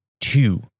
two